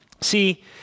See